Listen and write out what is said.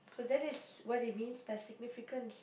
so that is what it means by significance